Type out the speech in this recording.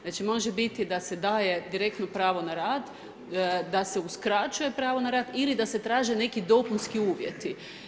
Znači može biti da se daje direktno pravno na rad, da se uskraćuje pravo na rad ili da se traže neki dopunski uvjeti.